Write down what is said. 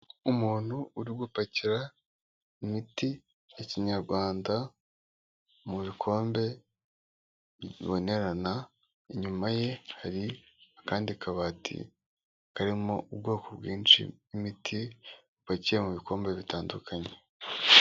Umuntu uri gupakira imiti ya kinyarwanda mu bikombe bibonerana, inyuma ye hari akandi kabati karimo ubwoko bwinshi bw'imiti bupakiye mu bikombe bitandukanye.